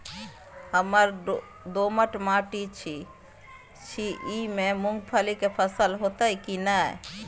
हमर दोमट माटी छी ई में मूंगफली के फसल होतय की नय?